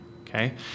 okay